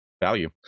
value